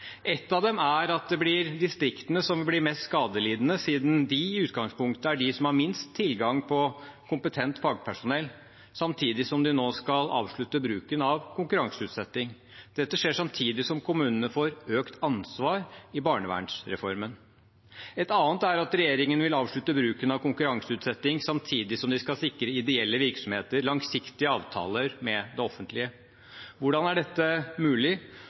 Et av dem er at det blir distriktene som blir mest skadelidende, siden det i utgangspunktet er de som har minst tilgang på kompetent fagpersonell, samtidig som de nå skal avslutte bruken av konkurranseutsetting. Dette skjer samtidig som kommunene får økt ansvar i barnevernsreformen. Et annet er at regjeringen vil avslutte bruken av konkurranseutsetting, samtidig som den skal sikre ideelle virksomheter langsiktige avtaler med det offentlige. Hvordan er dette mulig,